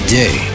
day